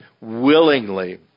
willingly